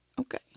Okay